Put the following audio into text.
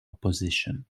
opposition